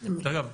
אגב,